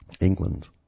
England